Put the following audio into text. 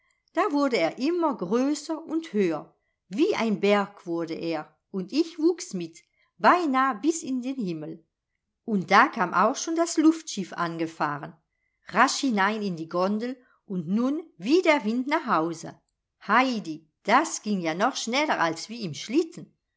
da wurde er immer größer und höher wie ein berg wurde er und ich wuchs mit beinah bis in den himmel und da kam auch schon das luftschiff angefahren rasch hinein in die gondel und nun wie der wind nach hause heidi das ging ja noch schneller als wie im schlitten